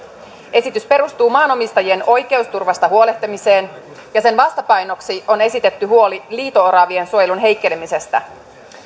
esitys perustuu maanomistajien oikeusturvasta huolehtimiseen ja sen vastapainoksi on esitetty huoli liito oravien suojelun heikkenemisestä